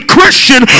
Christian